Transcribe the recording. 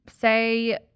Say